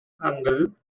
angle